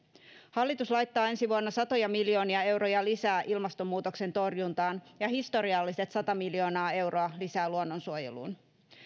hallitus laittaa ensi vuonna satoja miljoonia euroja lisää ilmastonmuutoksen torjuntaan ja historialliset sata miljoonaa euroa lisää luonnonsuojeluun